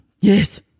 yes